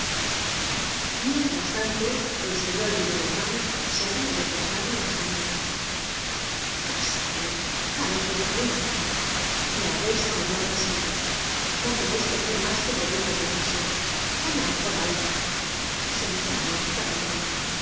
mientras tanto el señor gillenormand se habia recostado en la chimenea casaros a los veintiun años lo habeis arreglado asi no teneis que hacer mas que pedirme permiso una formalidad sentaos caballero